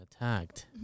attacked